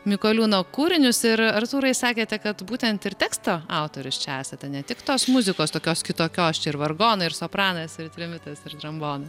mikoliūno kūrinius ir artūrai sakėte kad būtent ir teksto autorius čia esate ne tik tos muzikos tokios kitokios čia ir vargonai ir sopranas ir trimitas ir trombonai